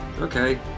Okay